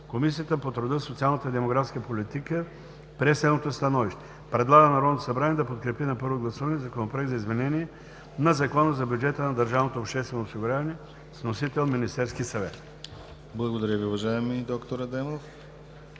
Комисията по труда, социалната и демографската политика прие следното становище: Предлага на Народното събрание да подкрепи на първо гласуване Законопроекта за изменение на Закона за бюджета на държавното обществено осигуряване, с вносител Министерския съвет.“ ПРЕДСЕДАТЕЛ